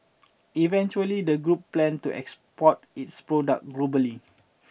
eventually the group plan to export its products globally